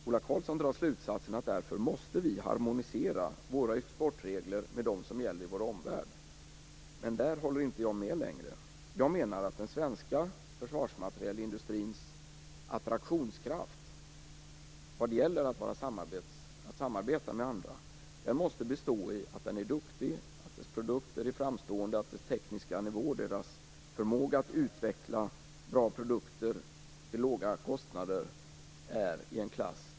Ola Karlsson drar slutsatsen att vi därför måste harmonisera våra exportregler med dem som gäller i vår omvärld, men där håller jag inte med längre. Jag menar att den svenska försvarsmaterielindustrins attraktionskraft vad gäller att samarbeta med andra måste bestå i att den är duktig, att dess produkter är framstående och att dess tekniska nivå och förmåga att utveckla bra produkter till låga kostnader är av bästa klass.